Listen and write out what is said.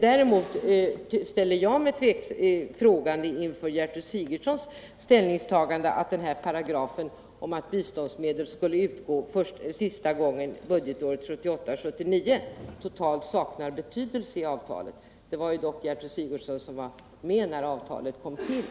Däremot ställer jag mig frågande inför Gertrud Sigurdsens ställningstagande att paragrafen om att biståndsmedel skulle utgå sista gången 1978/79 totalt saknar betydelse i avtalet. Det var dock Gertrud Sigurdsen som var med när avtalet kom till.